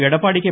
Edappadi K